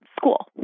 school